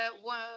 one